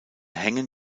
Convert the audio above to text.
hängen